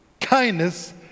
kindness